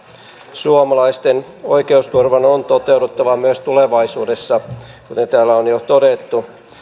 suomalaisten oikeusturvan on toteuduttava myös tulevaisuudessa kuten täällä on jo todettu